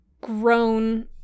grown